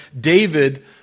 David